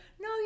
no